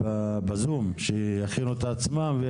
בזום, שיכינו את עצמם.